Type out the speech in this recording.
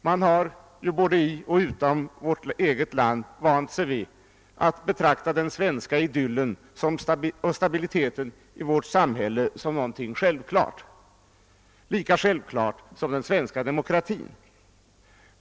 Man har i och utom vårt eget land vant sig vid att betrakta den svenska idyllen och stabiliteten i vårt samhälle som något självklart, lika självklart som den svenska demokratin.